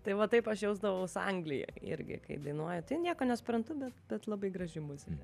tai va taip aš jausdavaus anglijoj irgi kai dainuoja tai nieko nesuprantu bet bet labai graži muzika